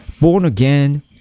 born-again